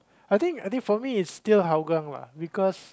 I think I think for me it's still Hougang lah because